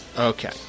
Okay